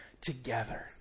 together